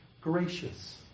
gracious